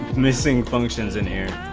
missing functions in hand,